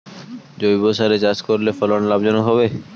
জৈবসারে চাষ করলে ফলন লাভজনক হবে?